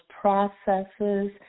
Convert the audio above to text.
processes